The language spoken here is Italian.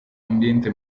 ambiente